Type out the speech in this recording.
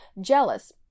jealous